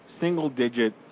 single-digit